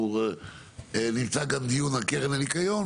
אנחנו נמצא גם דיון על קרן הניקיון,